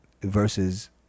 versus